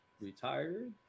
retired